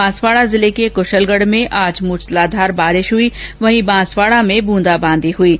बांसवाड़ा जिले के कुशलगढ़ में आज मूसलाधार बारिश हुई वहीं बांसवाड़ा में ब्रंदाबांदी हुई है